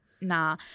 Nah